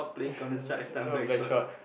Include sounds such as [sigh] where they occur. [laughs] I prefer Blackshot